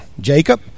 Jacob